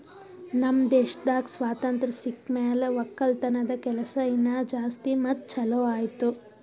ನಮ್ ದೇಶದಾಗ್ ಸ್ವಾತಂತ್ರ ಸಿಕ್ ಮ್ಯಾಲ ಒಕ್ಕಲತನದ ಕೆಲಸ ಇನಾ ಜಾಸ್ತಿ ಮತ್ತ ಛಲೋ ಆಯ್ತು